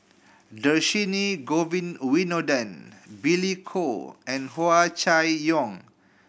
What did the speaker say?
Dhershini Govin Winodan Billy Koh and Hua Chai Yong